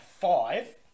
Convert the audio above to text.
five